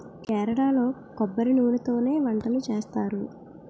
కేరళలో కొబ్బరి నూనెతోనే వంటలు చేస్తారు